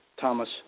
Thomas